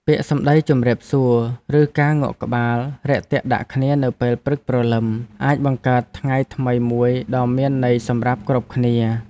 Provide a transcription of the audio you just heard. ពាក្យសម្តីជម្រាបសួរឬការងក់ក្បាលរាក់ទាក់ដាក់គ្នានៅពេលព្រឹកព្រលឹមអាចបង្កើតថ្ងៃថ្មីមួយដ៏មានន័យសម្រាប់គ្រប់គ្នា។